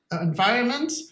environment